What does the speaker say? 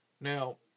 Now